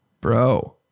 bro